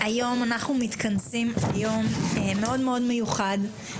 היום אנחנו מתכנסים ליום מיוחד מאוד,